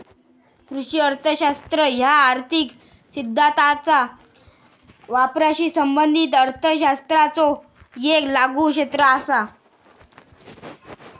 कृषी अर्थशास्त्र ह्या आर्थिक सिद्धांताचा वापराशी संबंधित अर्थशास्त्राचो येक लागू क्षेत्र असा